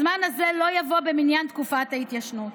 הזמן הזה לא יבוא במניין תקופת ההתיישנות.